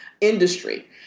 industry